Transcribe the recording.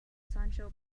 sancho